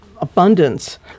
abundance